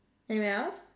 anywhere else